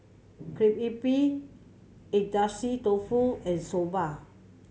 Crepe Agedashi Dofu and Soba